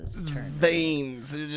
veins